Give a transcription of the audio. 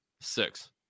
Six